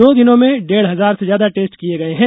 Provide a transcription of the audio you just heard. दो दिनों में डेढ़ हजार से ज्यादा टेस्ट किये गये हैं